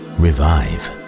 revive